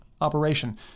operation